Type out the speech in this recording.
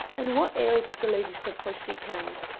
and what ails the ladyship, for she kent?